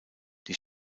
die